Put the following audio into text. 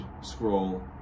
scroll